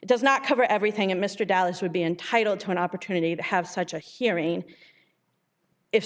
it does not cover everything and mr dallas would be entitled to an opportunity to have such a hearing i